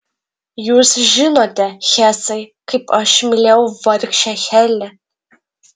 jūs žinote hesai kaip aš mylėjau vargšę heli